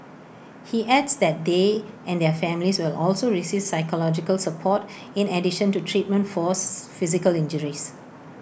he adds that they and their families will also receive psychological support in addition to treatment force physical injuries